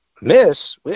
miss